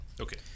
Okay